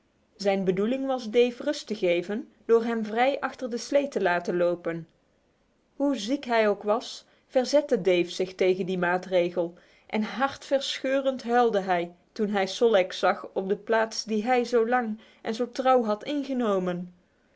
zijn bedoeling was dave rust te geven door hem vrij achter de slee te laten lopen hoe ziek hij ook was verzette dave zich tegen die maatregel en hartverscheurend huilde hij toen hij sol leks zag op de plaats die hij zo lang en zo trouw had ingenomen